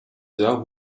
sehr